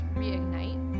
reignite